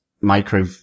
micro